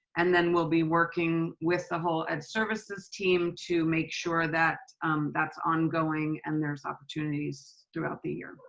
and then we'll be working with the whole ed services team to make sure that that's ongoing and there's opportunities throughout the year.